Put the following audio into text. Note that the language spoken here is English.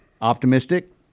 Optimistic